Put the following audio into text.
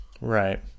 Right